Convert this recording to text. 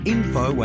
Info